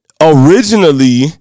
originally